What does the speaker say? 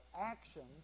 actions